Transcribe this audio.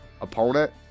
opponent